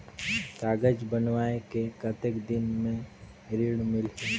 कागज बनवाय के कतेक दिन मे ऋण मिलही?